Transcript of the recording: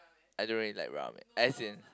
I don't really like ramen as in